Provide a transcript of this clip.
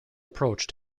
approach